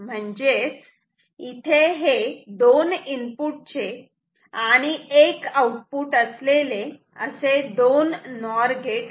म्हणजेच इथे हे दोन इनपुट चे आणि एक आउटपुट असलेले असे दोन नॉर गेट आहेत